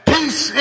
Peace